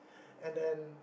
and then